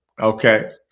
Okay